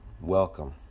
Welcome